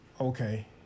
Okay